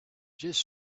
just